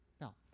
Now